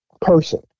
person